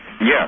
Yes